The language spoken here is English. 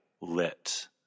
lit